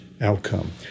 outcome